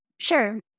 Sure